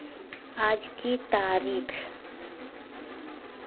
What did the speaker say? आज की तारीख